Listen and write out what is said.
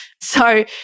So-